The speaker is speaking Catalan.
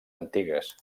antigues